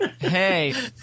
hey